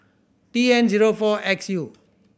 T N zero four X U